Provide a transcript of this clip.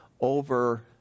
over